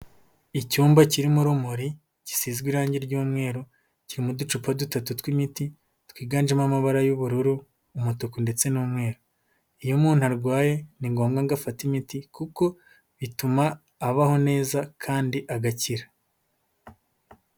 Icyumba kirimo urumuri gisizwe irangi ry'umweru, kirimo uducupa dutatu tw'imiti, twiganjemo amabara y'ubururu, umutuku ndetse n'umweru, iyo umuntu arwaye ni ngombwa ngo afata imiti kuko bituma abaho neza kandi agakira.